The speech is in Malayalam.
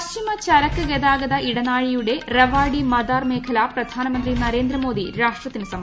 പശ്ചിമ ചരക്ക് ഗതാഗത ഇടനാഴിയുടെ റെവാഡി മദാർ മേഖല പ്രധാനമന്ത്രി നരേന്ദ്രമോദി രാഷ്ട്രത്തിന് സമർപ്പിച്ചു